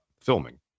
filming